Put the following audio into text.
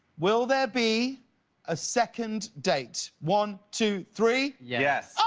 will there be a second date? one, two, three. yes.